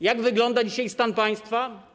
Jak wygląda dzisiaj stan państwa?